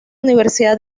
universidad